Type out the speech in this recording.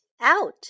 out